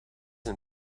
een